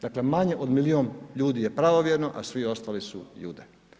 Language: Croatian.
Dakle manje od milijun ljudi je pravovjerno a svi ostali su Jude.